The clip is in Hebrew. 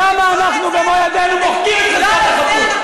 למה אנחנו במו ידינו מוחקים את חזקת החפות.